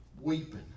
weeping